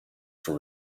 for